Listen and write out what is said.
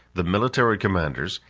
the military commanders,